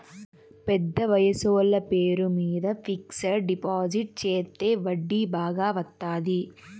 పెద్ద వయసోళ్ల పేరు మీద ఫిక్సడ్ డిపాజిట్ చెత్తే వడ్డీ బాగా వత్తాది